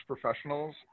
professionals